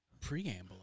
preamble